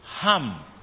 Ham